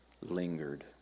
lingered